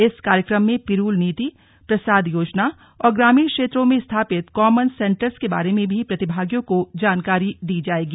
इस कार्यक्रम में पीरूल नीति प्रसाद योजना और ग्रामीण क्षेत्रों में स्थपित कॉमन सेन्टर्स के बारे में भी प्रतिभागियों को जानकारी दी जायेगी